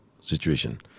situation